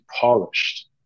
polished